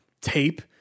tape